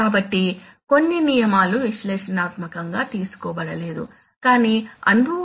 కాబట్టి కొన్ని నియమాలు విశ్లేషణాత్మకంగా తీసుకోబడలేదు కాని అనుభవపూర్వకంగా ఉద్భవించాయి